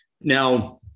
Now